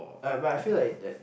uh but I feel like that